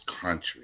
country